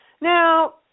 Now